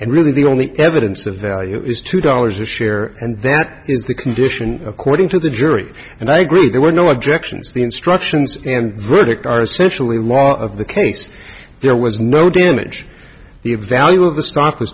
and really the only evidence of value is two dollars a share and that is the condition according to the jury and i agree there were no objections the instructions and verdict are essentially law of the case there was no damage the a value of the stock was